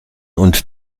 und